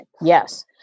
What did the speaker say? Yes